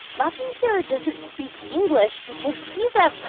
bucky here doesn't speak english, because he's a,